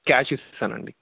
cash ఇస్తానండి